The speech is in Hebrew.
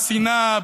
השנאה,